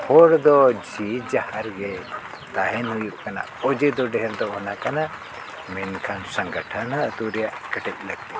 ᱦᱚᱲ ᱫᱚ ᱡᱮ ᱡᱟᱦᱟᱸᱨ ᱮᱜᱮ ᱛᱟᱦᱮᱱ ᱦᱩᱭᱩᱜ ᱠᱟᱱᱟ ᱚᱡᱮ ᱫᱚ ᱰᱷᱮᱨ ᱫᱚ ᱚᱱᱟ ᱵᱟᱱᱟ ᱠᱟᱱᱟ ᱢᱮᱱᱠᱷᱟᱱ ᱥᱚᱸᱜᱷᱱ ᱟᱛᱳ ᱨᱮᱭᱟᱜ ᱠᱮᱴᱮᱡ ᱞᱟᱹᱠᱛᱤ ᱠᱟᱱᱟ